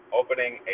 opening